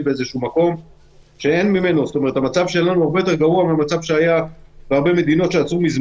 במקום הרבה יותר גרוע מהרבה מדינות,